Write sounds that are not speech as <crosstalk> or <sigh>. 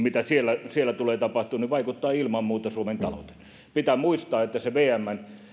<unintelligible> mitä siellä siellä tulee tapahtumaan vaikuttaa ilman muuta suomen talouteen pitää muistaa että se vmn